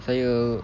saya